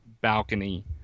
balcony